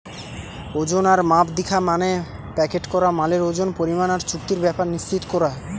ওজন আর মাপ দিখা মানে প্যাকেট করা মালের ওজন, পরিমাণ আর চুক্তির ব্যাপার নিশ্চিত কোরা